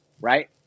right